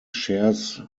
shares